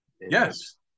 Yes